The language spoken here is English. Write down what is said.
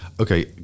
Okay